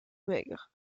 maigre